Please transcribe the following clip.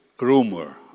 rumor